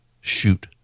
shoot